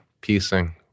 piecing